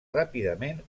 ràpidament